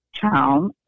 town